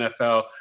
NFL